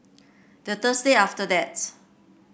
the Thursday after that